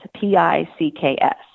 P-I-C-K-S